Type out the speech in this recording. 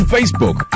Facebook